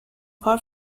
کار